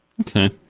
okay